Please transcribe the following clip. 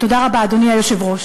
תודה רבה, אדוני היושב-ראש.